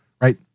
right